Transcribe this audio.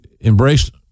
embraced